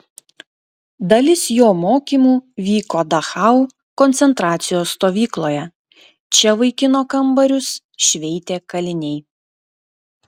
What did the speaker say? dalis jo mokymų vyko dachau koncentracijos stovykloje čia vaikino kambarius šveitė kaliniai